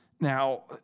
Now